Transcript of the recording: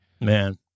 Man